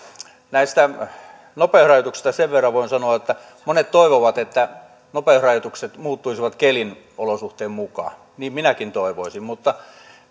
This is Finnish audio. näistä nopeusrajoituksista voin sanoa sen verran että monet toivovat että nopeusrajoitukset muuttuisivat keliolosuhteiden mukaan niin minäkin toivoisin mutta